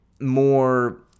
more